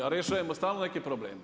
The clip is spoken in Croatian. A rješavamo stalno neke probleme.